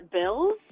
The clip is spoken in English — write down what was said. Bills